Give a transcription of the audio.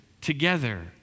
together